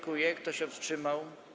Kto się wstrzymał?